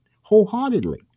wholeheartedly